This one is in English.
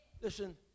Listen